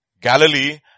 Galilee